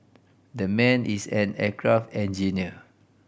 the man is an aircraft engineer